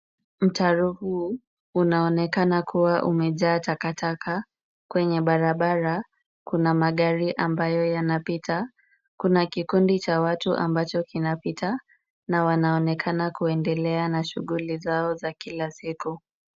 Mtaro huu, unaonekana kuwa umejaa takataka, kwenye barabara, kuna magari ambayo yanapita, kuna kikundi cha watu ambacho kinapita na wanaonekana kuendelea na shughuli zao za kila siku.